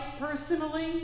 personally